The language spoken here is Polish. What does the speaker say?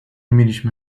mieliśmy